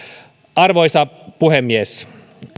arvoisa puhemies